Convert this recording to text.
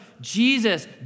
Jesus